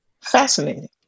Fascinating